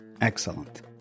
Excellent